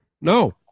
No